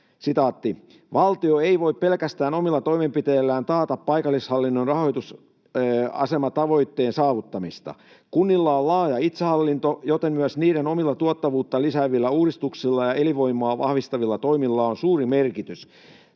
kirjanneet: ”Valtio ei voi pelkästään omilla toimenpiteillään taata paikallishallinnon rahoitusasematavoitteen saavuttamista. Kunnilla on laaja itsehallinto, joten myös niiden omilla tuottavuutta lisäävillä uudistuksilla ja elinvoimaa vahvistavilla toimilla on suuri merkitys.”